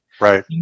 Right